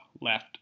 left